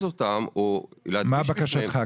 אותם או להדגיש בפניהם --- מה בקשתך,